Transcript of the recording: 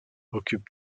occupe